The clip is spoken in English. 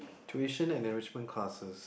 tuition and enrichment classes